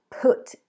put